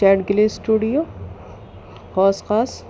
Kate گلی studio Hauz خاص